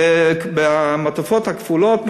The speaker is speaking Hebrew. במעטפות הכפולות,